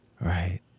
right